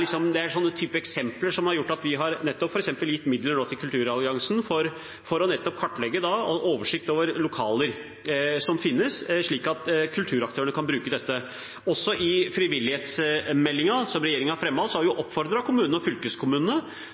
sånne typer eksempler som har gjort at vi f.eks. nettopp har gitt midler til Kulturalliansen for å kartlegge og holde oversikt over lokaler som finnes, slik at kulturaktørene kan bruke dem. Også i frivillighetsmeldingen som regjeringen fremmet, har vi oppfordret kommunene og fylkeskommunene